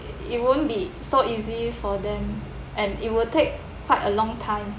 it it won't be so easy for them and it will take quite a long time